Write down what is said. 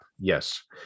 Yes